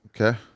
okay